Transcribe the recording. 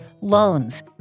loans